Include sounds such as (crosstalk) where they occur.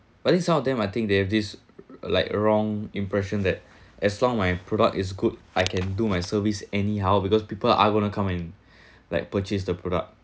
but then some of them I think they have this like wrong impression that as long my product is good I can do my service anyhow because people aren't going to come and (breath) like purchase the product